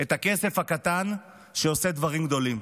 את הכסף הקטן שעושה דברים גדולים.